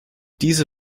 diese